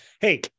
hey